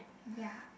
ya